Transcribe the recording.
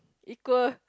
equal